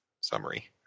summary